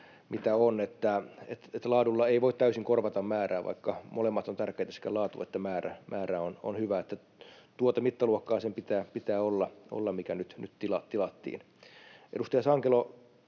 Laadulla ei voi täysin korvata määrää, vaikka molemmat ovat tärkeitä, sekä laatu että määrä. Tuota mittaluokkaa sen pitää olla, mikä nyt tilattiin. Edustaja Sankelo,